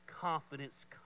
confidence